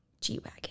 g-wagon